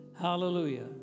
hallelujah